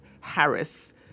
Harris